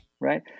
Right